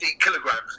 kilograms